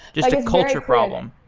just a culture problem